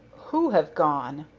who have gone?